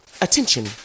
attention